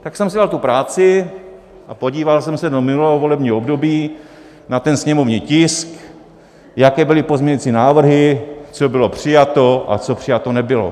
Tak jsem si dal tu práci a podíval jsem se do minulého volebního období na ten sněmovní tisk, jaké byly pozměňovací návrhy, co bylo přijato a co přijato nebylo.